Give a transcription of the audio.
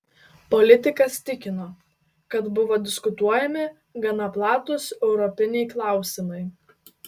politikas tikino kad buvo diskutuojami gana platūs europiniai klausimai